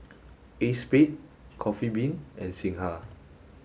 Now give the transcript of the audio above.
ACEXSPADE Coffee Bean and Singha